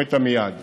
צומת עמיעד,